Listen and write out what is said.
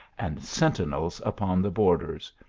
and sentinels upon the borders.